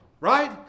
Right